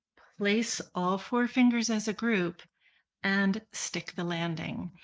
place all four fingers as a group and stick the landing.